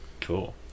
Cool